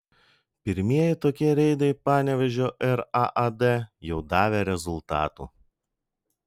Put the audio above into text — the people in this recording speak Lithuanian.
pirmieji tokie reidai panevėžio raad jau davė rezultatų